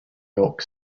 york